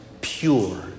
pure